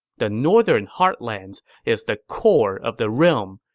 the northern heartlands is the core of the realm,